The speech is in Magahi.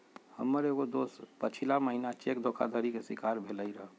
हमर एगो दोस पछिला महिन्ना चेक धोखाधड़ी के शिकार भेलइ र